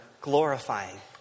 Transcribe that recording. glorifying